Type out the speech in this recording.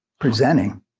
presenting